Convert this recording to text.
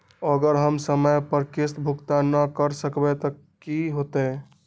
अगर हम समय पर किस्त भुकतान न कर सकवै त की होतै?